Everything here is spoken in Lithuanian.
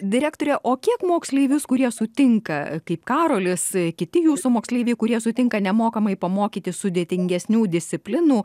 direktore o kiek moksleivius kurie sutinka kaip karolis kiti jūsų moksleiviai kurie sutinka nemokamai pamokyti sudėtingesnių disciplinų